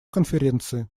конференции